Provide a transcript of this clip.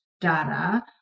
data